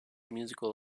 musical